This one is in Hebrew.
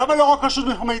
למה לא רק רשות מקומית.